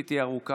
והיא תהיה ארוכה,